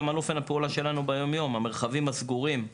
על אופן הפעולה שלנו ביום-יום כמו המרחבים הסגורים,